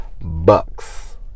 bucks